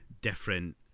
different